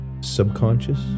subconscious